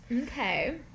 Okay